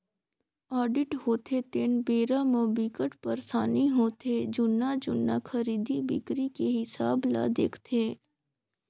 audit होथे तेन बेरा म बिकट परसानी होथे जुन्ना जुन्ना खरीदी बिक्री के हिसाब ल देखथे